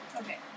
Okay